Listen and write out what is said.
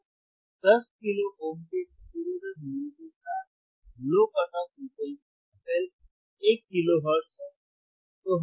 तो 10 kilo ohm के प्रतिरोधक मूल्य के साथ low cut off frequency fL 1 kilo hertz है